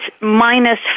minus